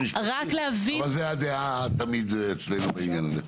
זו הדעה שלנו תמיד בעניין הזה.